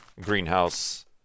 greenhouse